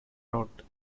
road